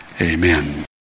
amen